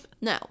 No